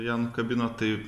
ją nukabino tai